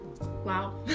wow